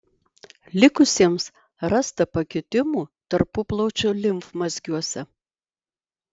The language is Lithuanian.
likusiems rasta pakitimų tarpuplaučio limfmazgiuose